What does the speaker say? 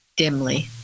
dimly